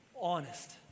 Honest